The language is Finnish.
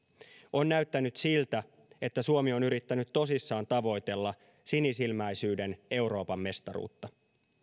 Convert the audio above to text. on näyttänyt siltä että suomi on yrittänyt tosissaan tavoitella sinisilmäisyyden euroopanmestaruutta